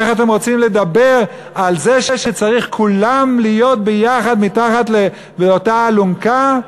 איך אתם רוצים לדבר על זה שצריכים כולם להיות ביחד מתחת לאותה אלונקה?